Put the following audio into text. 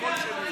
בקול שלי.